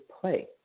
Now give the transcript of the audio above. play